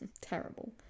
terrible